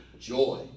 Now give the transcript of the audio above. joy